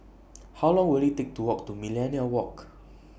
How Long Will IT Take to Walk to Millenia Walk